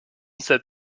sept